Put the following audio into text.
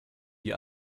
die